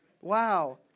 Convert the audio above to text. Wow